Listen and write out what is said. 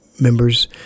members